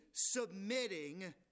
Submitting